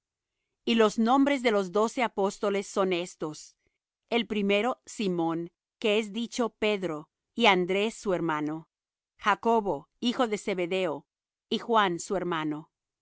y los nombres de los doce apóstoles son estos el primero simón que es dicho pedro y andrés su hermano jacobo hijo de zebedeo y juan su hermano